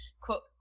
quote